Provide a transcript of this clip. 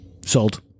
Sold